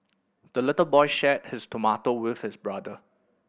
the little boy shared his tomato with his brother